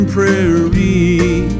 Prairie